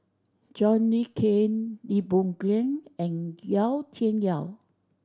John Le Cain Lee Boon Ngan and Yau Tian Yau